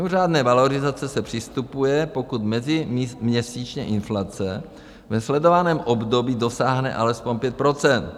K mimořádné valorizaci se přistupuje, pokud meziměsíčně inflace ve sledovaném období dosáhne alespoň pět procent.